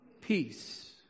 peace